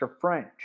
French